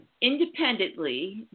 independently